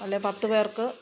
അല്ലെ പത്ത് പേർക്ക്